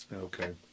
Okay